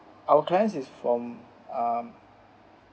our client is from um